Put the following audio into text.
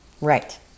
Right